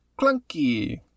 clunky